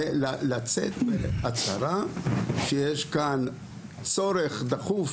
לצאת בהצהרה לפיה יש כאן צורך דחוף